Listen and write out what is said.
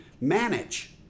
manage